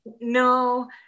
no